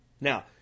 Now